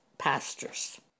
pastors